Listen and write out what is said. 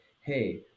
Hey